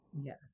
Yes